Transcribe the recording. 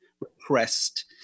repressed